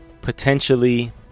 potentially